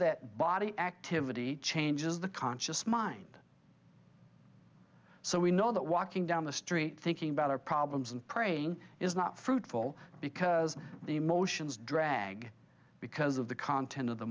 that body activity changes the conscious mind so we know that walking down the street thinking about our problems and praying is not fruitful because the emotions drag because of the content of the